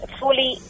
fully